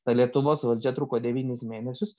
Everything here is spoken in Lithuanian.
ta lietuvos valdžia truko devynis mėnesius